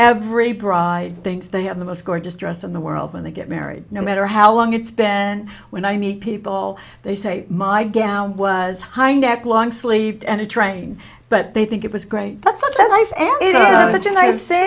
every bride thinks they have the most gorgeous dress in the world when they get married no matter how long it's been when i meet people they say my game was high neck long sleeved and a train but they think it was great